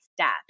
step